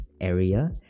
area